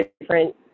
different